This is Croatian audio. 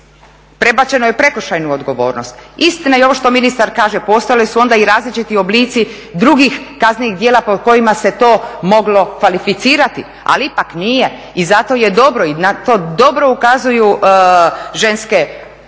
prebačeno je u prekršajnu odgovornost. Istina je i ovo što ministar kaže postojali su onda i različiti oblici drugih kaznenih djela po kojima se to moglo kvalificirati ali ipak nije i zato je dobro i na to dobro ukazuju ženske udruge